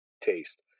taste